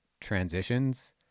transitions